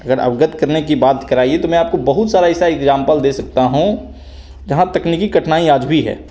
अगर अवगत करने की बात कराईए तो मैं आपको बहुत सारा ऐसा एगजाम्पल दे सकता हूँ जहाँ तकनीकी कठिनाई आज भी है